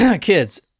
Kids